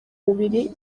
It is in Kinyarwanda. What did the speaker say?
mubiri